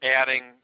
adding